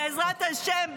בעזרת השם,